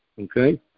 okay